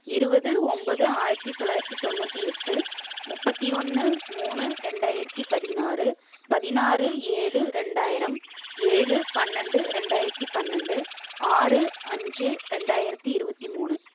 இருபது ஒன்பது ஆயிரத்தி தொள்ளாயிரத்தி தொண்ணூற்றி எட்டு முப்பத்தி ஒன்று மூணு ரெண்டாயிரத்தி பதினாறு பதினாறு ஏழு ரெண்டாயிரம் ஏழு பன்னெண்டு ரெண்டாயிரத்தி பன்னெண்டு ஆறு அஞ்சு ரெண்டாயிரத்தி இருபத்தி மூணு